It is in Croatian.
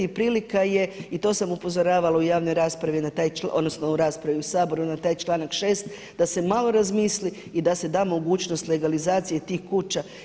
I prilika je i to sam upozoravala u javnoj raspravi na taj, odnosno u raspravi u Saboru na taj članak 6. da se malo razmisli i da se da mogućnost legalizacije tih kuća.